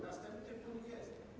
Następny punkt - jestem.